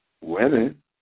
women